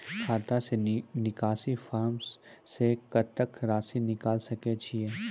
खाता से निकासी फॉर्म से कत्तेक रासि निकाल सकै छिये?